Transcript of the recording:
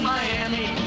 Miami